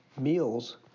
meals